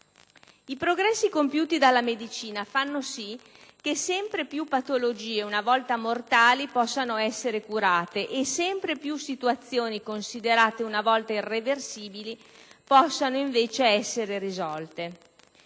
I progressi compiuti dalla medicina fanno sì che sempre più patologie una volta mortali possano essere curate e sempre più situazioni considerate una volta irreversibili possano invece essere risolte.